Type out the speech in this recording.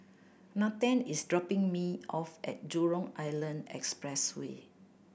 Nathen is dropping me off at Jurong Island Expressway